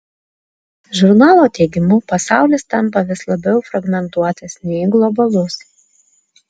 žurnalo teigimu pasaulis tampa vis labiau fragmentuotas nei globalus